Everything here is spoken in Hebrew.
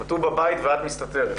כלומר, הוא בבית ואת מסתתרת.